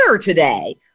today